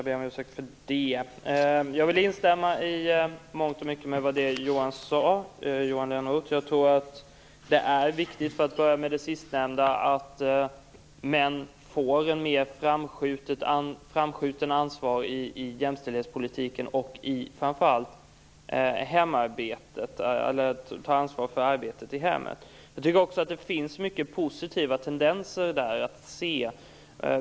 Herr talman! Jag vill instämma i mångt och mycket av det Johan Lönnroth sade. För att börja med det sistnämnda tror jag att det är viktigt att män får ett mer framskjutet ansvar i jämställdhetspolitiken och framför allt tar ansvar för arbetet i hemmen. Vi kan se många positiva tendenser på det området.